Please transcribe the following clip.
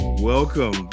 Welcome